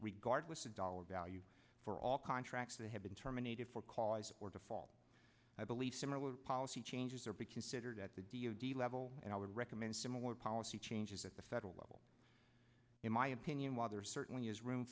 regardless of dollar value for all contracts that have been terminated for cause or default i believe similar policy changes or be considered at the d o d level and i would recommend similar policy changes at the federal level in my opinion while there certainly is room